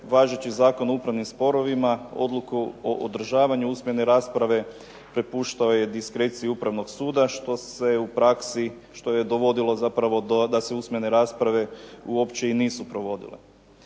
važeći Zakon o upravnim sporovima, odluku o održavanju usmene rasprave prepuštaju je …/Govornik se ne razumije./… Upravnog suda, što se u praksi, što je dovodilo zapravo da se usmene rasprave uopće i nisu provodile.